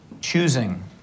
choosing